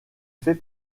fait